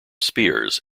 spears